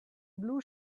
blue